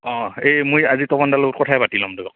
অঁ এই মই আজি তপন দাৰ লগত কথায়ে পাতি ল'ম ৰবক